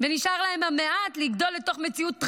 ונשאר להם המעט של לגדול לתוך מציאות טרגית,